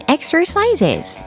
Exercises